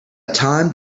time